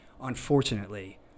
unfortunately